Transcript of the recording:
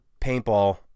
paintball